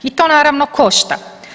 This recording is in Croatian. I to naravno košta.